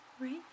Right